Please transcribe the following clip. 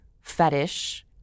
fetish